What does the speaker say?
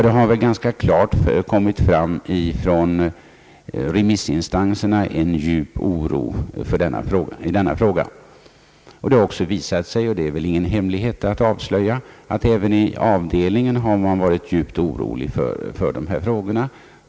Det har ganska klart kommit fram att remissinstanserna hyser djup oro i denna fråga. Det är väl ingen hemlighet att man även i avdelningen varit djupt orolig.